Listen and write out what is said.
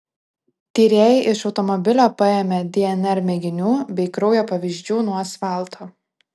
tyrėjai iš automobilio paėmė dnr mėginių bei kraujo pavyzdžių nuo asfalto